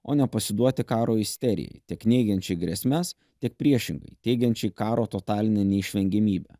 o ne pasiduoti karo isterijai tiek neigiančiai grėsmes tik priešingai teigiančiai karo totalinę neišvengiamybę